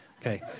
okay